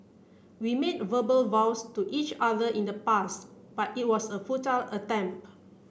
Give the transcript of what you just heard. we made verbal vows to each other in the past but it was a futile attempt